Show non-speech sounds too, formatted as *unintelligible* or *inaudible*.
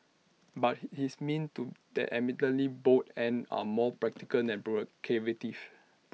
but he his means to that admittedly bold end are more practical than *unintelligible*